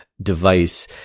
device